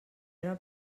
era